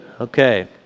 Okay